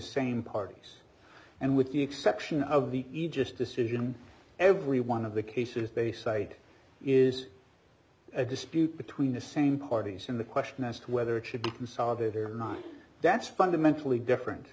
same parties and with the exception of the aegis decision every one of the cases they cited is a dispute between the same parties in the question as to whether it should be to solve it or not that's fundamentally different